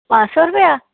पंज सौ रपेऽ